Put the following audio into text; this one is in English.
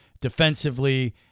defensively